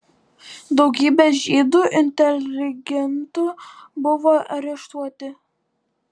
daugybė žydų inteligentų buvo areštuoti